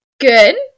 good